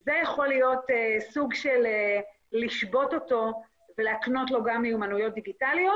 זה יכול להיות סוג של לשבות אותו ולהקנות לו גם מיומנויות דיגיטליות.